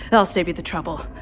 i'll save you the trouble.